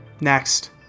next